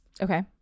Okay